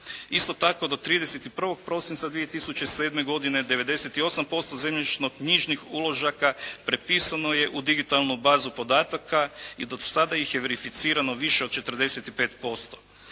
Isto tako do 31. prosinca 2007. godine 98% zemljišno-knjižnih uložaka prepisano je u digitalnu bazu podataka i do sada ih je verificirano više od 45%.